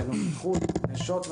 בנוכחות נשות,